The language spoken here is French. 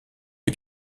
est